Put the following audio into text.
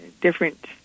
different